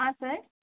हाँ सर